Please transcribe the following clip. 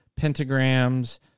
pentagrams